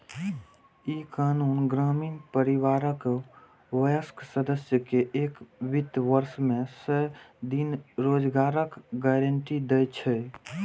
ई कानून ग्रामीण परिवारक वयस्क सदस्य कें एक वित्त वर्ष मे सय दिन रोजगारक गारंटी दै छै